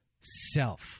self